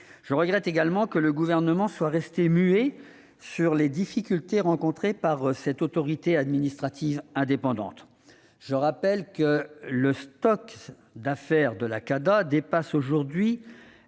Je regrette également que le Gouvernement soit resté muet sur les difficultés rencontrées par cette autorité administrative indépendante. Je rappelle que le « stock » d'affaires de la CADA dépasse aujourd'hui